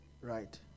Right